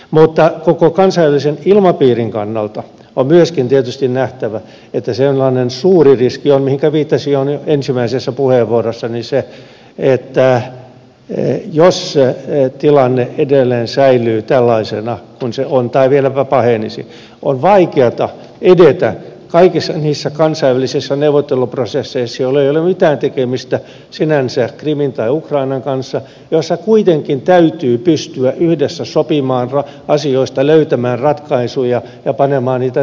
mutta koko kansainvälisen ilmapiirin kannalta on myöskin tietysti nähtävä että suuri riski on se mihinkä viittasin jo ensimmäisessä puheenvuorossani että jos tilanne edelleen säilyy tällaisena kuin se on tai vieläpä pahenisi niin on vaikeata edetä kaikissa niissä kansainvälisissä neuvotteluprosesseissa joilla ei ole mitään tekemistä sinänsä krimin tai ukrainan kanssa joissa kuitenkin täytyy pystyä yhdessä sopimaan asioista löytämään ratkaisuja ja panemaan niitä täytäntöön